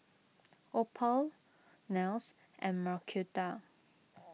Opal Nels and Marquita